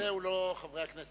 הנושא הוא לא חברי הכנסת הערבים.